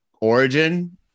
origin